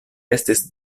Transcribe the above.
estis